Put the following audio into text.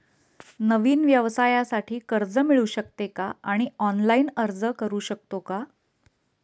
नवीन व्यवसायासाठी कर्ज मिळू शकते का आणि ऑनलाइन अर्ज करू शकतो का?